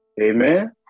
Amen